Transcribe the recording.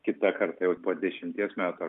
kita karta jau po dešimties metų